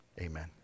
amen